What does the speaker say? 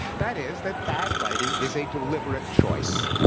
that is, that bad writing is a deliberate choice.